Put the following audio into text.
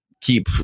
keep